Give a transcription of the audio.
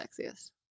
sexiest